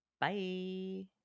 Bye